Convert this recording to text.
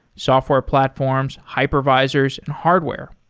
software platforms, hypervisors and hardware.